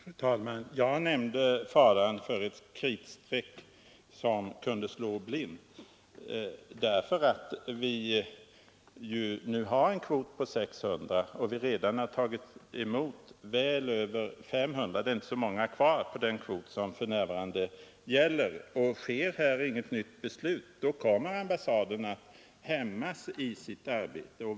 Fru talman! Jag nämnde faran för ett kritstreck som kunde slå blint därför att vi nu har en kvot på 600 och redan har tagit emot över 500 flyktingar. Det är inte så många kvar tills den kvoten är fylld som för närvarande gäller. Fattas inget nytt beslut kommer ambassaden att hämmas i sitt arbete.